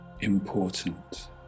important